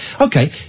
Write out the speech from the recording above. okay